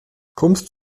kommst